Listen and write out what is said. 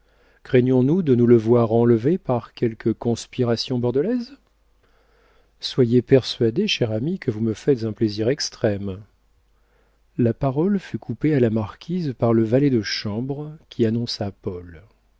craignons-nous de nous le voir enlever par quelque conspiration bordelaise soyez persuadée chère amie que vous me faites un plaisir extrême la parole fut coupée à la marquise par le valet de chambre qui annonça paul